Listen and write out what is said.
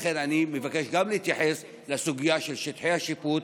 לכן אני מבקש להתייחס גם לסוגיה של שטחי השיפוט